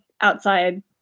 outside